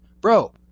Bro